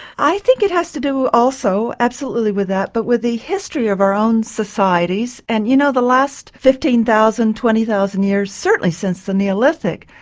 i think it has to do also absolutely with that but with the history of our own societies and you know the last fifteen thousand to twenty thousand years, certainly since the neolithic,